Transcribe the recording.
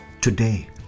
today